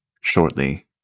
shortly